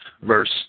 Verse